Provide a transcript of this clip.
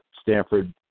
Stanford